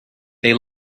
they